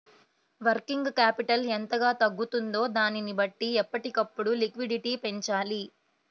working capital ఎంతగా తగ్గుతుందో దానిని బట్టి ఎప్పటికప్పుడు లిక్విడిటీ పెంచాలి